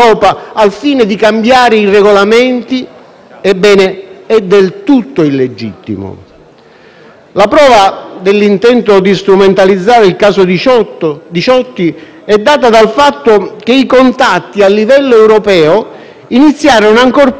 La prova dell'intento di strumentalizzare il caso Diciotti è data dal fatto che i contatti, a livello europeo, iniziarono ancor prima che la nave fosse ormeggiata a Catania, sin dal 16 agosto, come risulta dagli atti,